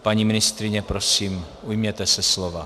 Paní ministryně, prosím, ujměte se slova.